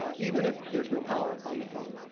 ah even if there's no power on the phone,